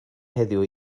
heddiw